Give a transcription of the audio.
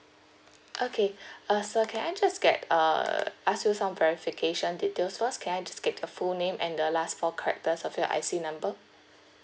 okay uh so can I just get err ask you some verification details first can I just get your full name and the last four characters of your I_C number